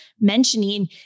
mentioning